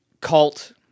cult